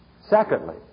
Secondly